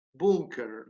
bunker